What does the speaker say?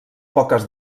poques